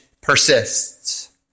persists